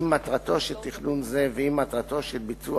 אם מטרתו של תכנון זה ואם מטרתו של ביצוע